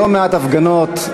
כמי שארגן לא מעט הפגנות,